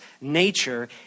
nature